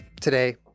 today